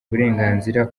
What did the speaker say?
uburenganzira